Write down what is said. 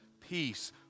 peace